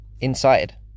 inside